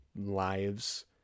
lives